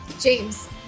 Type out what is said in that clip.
James